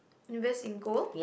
invest in gold